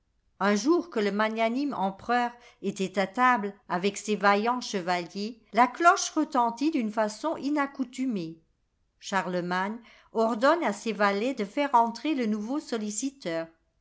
un jour que le magnanime empereur était à table avec ses vaillants chevaliers la cloche retentit d'une façon inaccoutumée charlemagne ordonne à ses valets de faire entrer le nouveau solliciteur